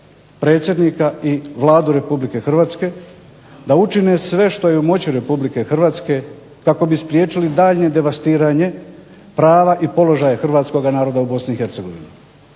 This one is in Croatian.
predsjednika i Vladu RH da učine sve što je u moći RH kako bi spriječili daljnje devastiranje prava i položaja hrvatskoga naroda u BiH.